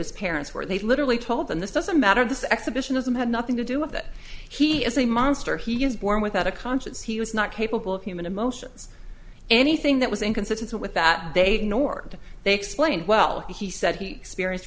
his parents were they literally told them this doesn't matter this exhibitionism had nothing to do with it he is a monster he was born without a conscience he was not capable of human emotions anything that was inconsistent with that they nor did they explain well he said he experience